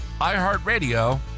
iHeartRadio